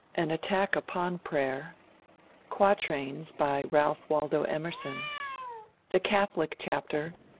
an attack upon prayer quatrains, by ralph waldo emerson the catholic chapter,